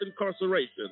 incarceration